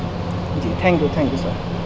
G thank you thank you sir